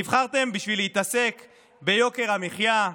נבחרתם בשביל להתעסק ביוקר המחיה,